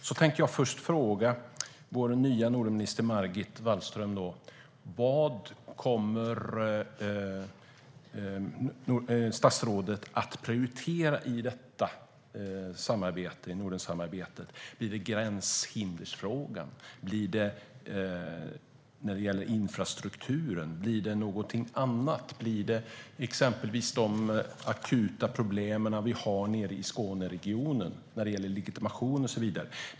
Jag tänkte först fråga vår nya Nordenminister Margot Wallström vad hon kommer att prioritera i Nordensamarbetet. Blir det gränshinderfrågan? Blir det infrastrukturen? Blir det någonting annat, exempelvis de akuta problem vi har nere i Skåneregionen när det gäller legitimationer och så vidare?